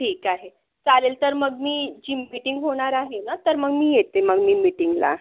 ठीक आहे चालेल तर मग मी जी मीटिंग होणार आहे ना तर मग मी येते मग मीटिंगला